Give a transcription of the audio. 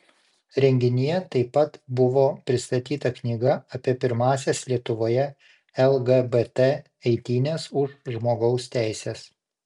renginyje taip pat buvo pristatyta knyga apie pirmąsias lietuvoje lgbt eitynes už žmogaus teises